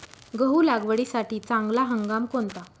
गहू लागवडीसाठी चांगला हंगाम कोणता?